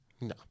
no